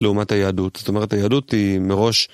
לעומת היהדות, זאת אומרת היהדות היא מראש